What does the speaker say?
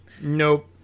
Nope